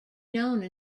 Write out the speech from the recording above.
known